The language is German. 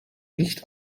nicht